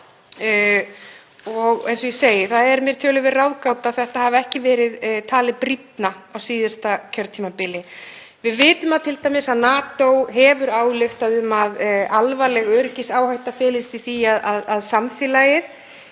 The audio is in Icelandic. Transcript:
— eins og ég segi, það er töluverð ráðgáta að þetta hafi ekki verið talið brýnna á síðasta kjörtímabili. Við vitum t.d. að NATO hefur ályktað um að alvarleg öryggisáhætta felist í því að nánast